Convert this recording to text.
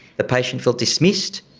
the patient felt dismissed,